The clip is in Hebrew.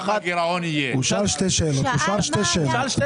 אני אענה על שתי